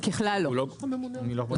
ככלל לא, לא.